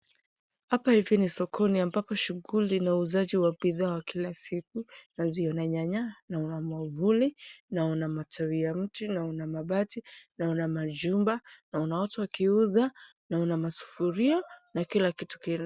Hapa hivi ni sokoni ambapo shughuli na uuzaji wa bidhaa wa kila siku. Naziona nyanya, naona mwavuli, naona matawi ya mti, naona mabati. Naona majumba, naona watu wakiuza naona masufuria na kila kitu kile.